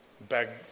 back